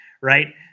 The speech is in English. Right